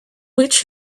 which